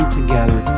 together